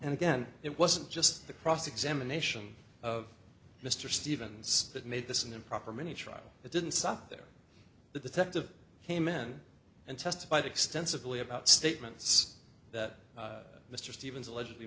and again it wasn't just the cross examination of mr stevens that made this an improper mini trial it didn't stop there the detective came in and testified extensively about statements that mr stevens allegedly